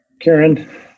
Karen